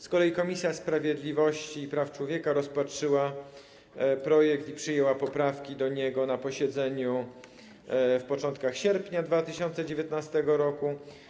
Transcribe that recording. Z kolei Komisja Sprawiedliwości i Praw Człowieka rozpatrzyła projekt i przyjęła poprawki do niego na posiedzeniu na początku sierpnia 2019 r.